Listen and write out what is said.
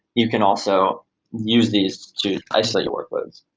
you can also use these to isolate your workloads.